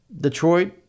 detroit